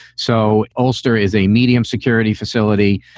so ulster is a medium security facility.